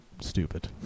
stupid